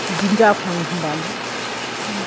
बिदिनो जाफ्लाङो एखमबा